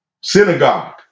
Synagogue